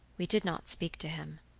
we did not speak to him.